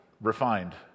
refined